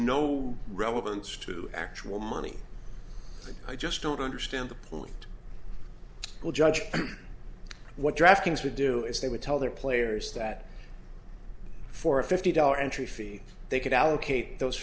what relevance to actual money i just don't understand the point will judge what drafting to do is they would tell their players that for a fifty dollars entry fee they could allocate those